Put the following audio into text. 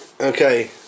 Okay